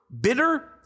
bitter